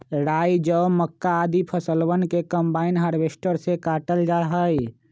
राई, जौ, मक्का, आदि फसलवन के कम्बाइन हार्वेसटर से काटल जा हई